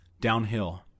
Downhill